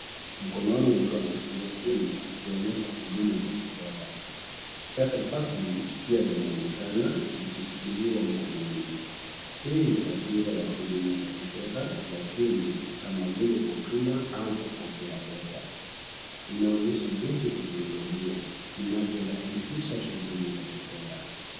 Mkononi mtu anatumia simu akionyesha huduma za kifedha. Pesa taslim pia zinaonekana zikishikiliwa mkononi. Hii ni taswira ya huduma za kifedha, za simu kama vile kutuma au kupokea pesa. Inaonyesha jinsi teknolojia inavyorahisisha shughuli za kifedha.